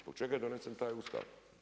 Zbog čega je donesen taj Ustav?